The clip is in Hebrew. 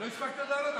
לא הספקתי עוד לעלות.